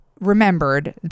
remembered